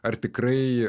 ar tikrai